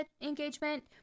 engagement